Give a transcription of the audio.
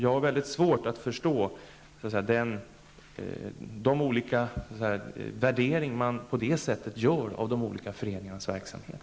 Jag har mycket svårt att förstå de olika värderingar som man på det sättet gör av de olika föreningarnas verksamhet.